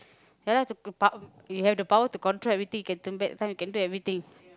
ya lah the power you have the power to control everything you can turn back time you can do everything